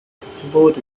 flowed